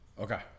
okay